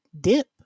dip